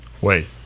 Wait